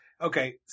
okay